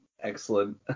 Excellent